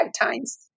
times